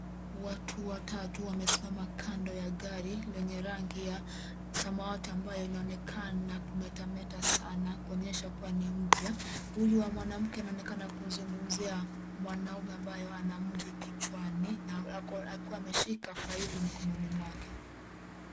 Watu watatu wamesimama kando ya gari lenye rangi ya samawati ambayo inaonekana kumetameta sana kuonyesha kua ni mpya. Huyu wa mwanamke anaonekana kuzungumzia mwanaume ambayo ana mvi kichwani akiwa ameshika faili mkononi mwake.